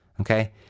Okay